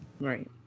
Right